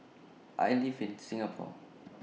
I live in Singapore